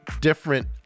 different